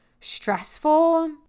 stressful